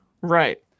Right